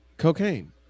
cocaine